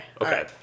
Okay